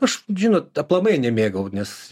aš žinot aplamai nemėgau nes